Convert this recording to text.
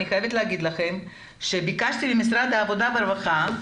אני חייבת לומר לכם שביקשתי ממשרד העבודה והרווחה,